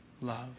love